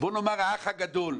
'האח הגדול',